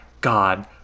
god